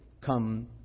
come